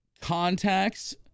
contacts